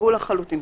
שהוחרגו לחלוטין,